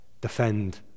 defend